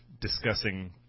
discussing